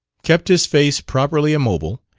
kept his face properly immobile,